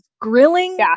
grilling